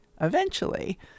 eventually-